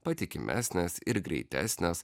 patikimesnės ir greitesnės